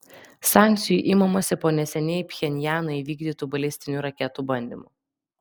sankcijų imamasi po neseniai pchenjano įvykdytų balistinių raketų bandymų